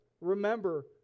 Remember